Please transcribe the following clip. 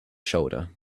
shoulder